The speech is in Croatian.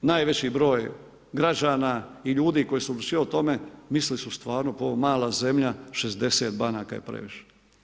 Najveći broj građana i ljudi koji su odlučivali o tome, mislili su stvarno ovo je mala zemlja 60 banaka je previše.